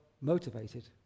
motivated